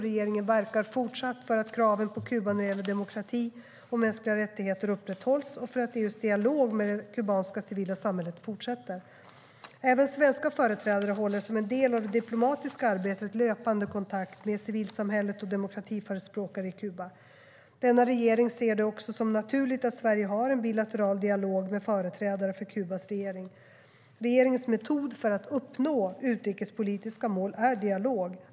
Regeringen verkar även fortsättningsvis för att kraven på Kuba när det gäller demokrati och mänskliga rättigheter upprätthålls och för att EU:s dialog med det kubanska civila samhället fortsätter. Även svenska företrädare håller som en del av det diplomatiska arbetet löpande kontakt med civilsamhället och demokratiförespråkare i Kuba. Denna regering ser det också som naturligt att Sverige har en bilateral dialog med företrädare för Kubas regering. Regeringens metod för att uppnå utrikespolitiska mål är dialog.